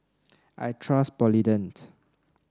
I trust Polident